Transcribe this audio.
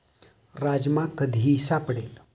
राजमा कधीही सापडेल